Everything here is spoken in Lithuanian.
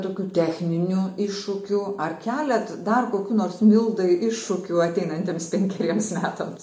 tokių techninių iššūkių ar keliat dar kokių nors mildai iššūkių ateinantiems penkeriems metams